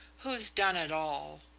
who's done it all?